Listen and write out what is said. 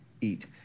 eat